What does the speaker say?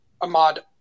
Ahmad